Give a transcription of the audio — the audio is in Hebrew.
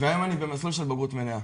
והיום אני במסלול של בגרות מלאה.